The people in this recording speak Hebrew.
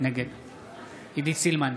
נגד עידית סילמן,